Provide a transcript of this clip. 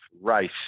race